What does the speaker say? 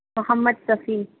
Mohammad Shafiq